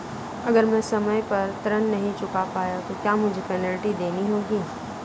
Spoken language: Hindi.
अगर मैं समय पर ऋण नहीं चुका पाया तो क्या मुझे पेनल्टी देनी होगी?